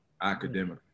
academically